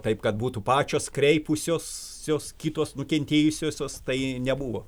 taip kad būtų pačios kreipusios sios jos kitos nukentėjusiosios tai nebuvo